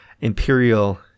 Imperial